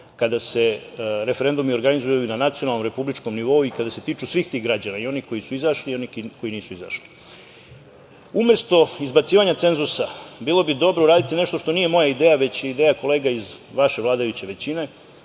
kada se referendumi organizuju na nacionalnom, republičkom nivou i kada se tiču svih tih građana, i onih koji su izašli i onih koji nisu izašli. Umesto izbacivanja cenzusa, bilo bi dobro uraditi nešto, što nije moja ideja, već je ideja kolega iz vaše vladajuće većine,